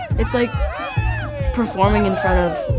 it's like performing in front of